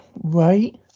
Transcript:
right